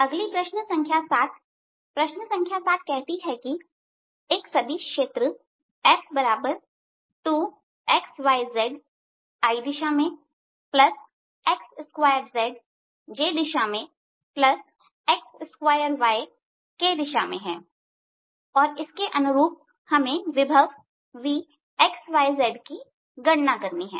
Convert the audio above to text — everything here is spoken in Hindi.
अगला प्रश्न संख्या 7 प्रश्न संख्या 7 कहती है कि एक सदिश क्षेत्र F2xyz i दिशा मेंx2z j दिशा मेंx2y k दिशा में और हम इसके अनुरूप विभव Vxyz की गणना करना चाहते हैं